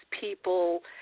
people